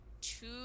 two